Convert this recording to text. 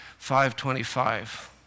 5.25